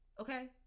Okay